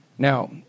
Now